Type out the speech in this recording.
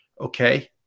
Okay